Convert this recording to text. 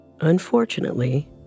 Unfortunately